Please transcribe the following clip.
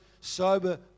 sober